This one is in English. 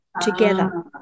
together